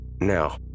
Now